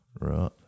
Right